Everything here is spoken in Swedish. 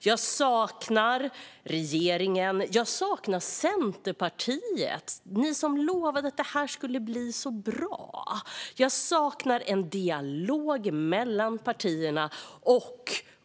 Jag saknar regeringen, och jag saknar Centerpartiet. Ni lovade att arbetet skulle bli så bra. Jag saknar en dialog mellan partierna.